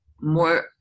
more